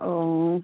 অঁ